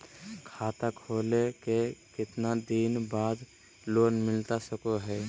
खाता खोले के कितना दिन बाद लोन मिलता सको है?